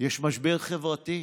יש משבר חברתי,